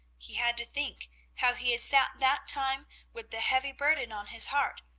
he had to think how he had sat that time with the heavy burden on his heart,